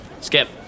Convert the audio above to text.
Skip